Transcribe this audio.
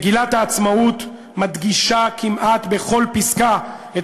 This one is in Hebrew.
מגילת העצמאות מדגישה כמעט בכל פסקה את